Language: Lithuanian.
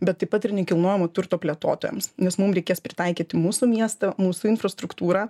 bet taip pat ir nekilnojamo turto plėtotojams nes mum reikės pritaikyti mūsų miestą mūsų infrastruktūrą